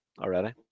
already